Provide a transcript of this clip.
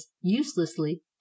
uselessly